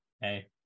Hey